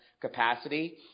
capacity